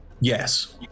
Yes